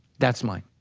that's mine.